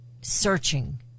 searching